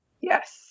Yes